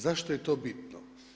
Zašto je to bitno?